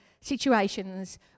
situations